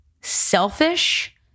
selfish